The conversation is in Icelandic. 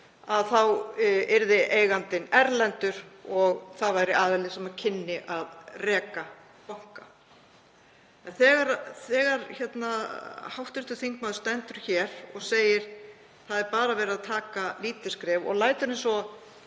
að eigandinn yrði erlendur og það væri aðili sem kynni að reka banka. Þegar hv. þingmaður stendur hér og segir: Það er bara verið að taka lítil skref og lætur eins og